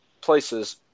places